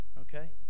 okay